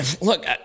look